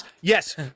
yes